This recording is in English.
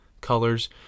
colors